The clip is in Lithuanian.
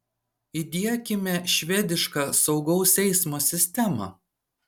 įdiekime švedišką saugaus eismo sistemą